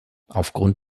aufgrund